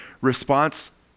response